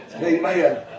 Amen